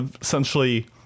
essentially